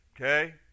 Okay